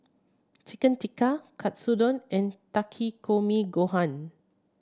Chicken Tikka Katsudon and Takikomi Gohan